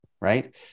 Right